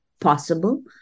possible